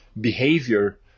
behavior